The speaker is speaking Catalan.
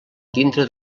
dintre